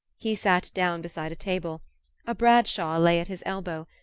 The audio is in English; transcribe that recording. he sat down beside a table a bradshaw lay at his elbow,